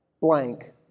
blank